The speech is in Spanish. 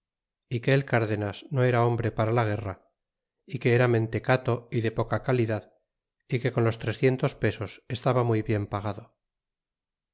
é que el cardenas no era hombre para la guerra é que era mentecato é de poca calidad é que con los trescientos pesos estaba muy bien pagado y